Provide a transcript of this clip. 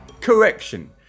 Correction